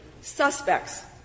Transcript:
suspects